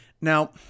Now